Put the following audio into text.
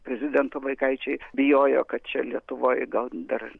prezidento vaikaičiai bijojo kad čia lietuvoj gal dar